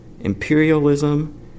imperialism